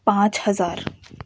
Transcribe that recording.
پانچ ہزار